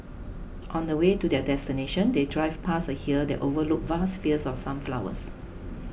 on the way to their destination they drove past a hill that overlooked vast fields of sunflowers